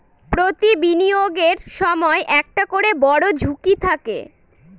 প্রতি বিনিয়োগের সময় একটা করে বড়ো ঝুঁকি থাকে